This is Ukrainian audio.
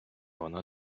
вона